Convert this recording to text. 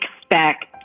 expect